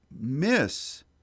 miss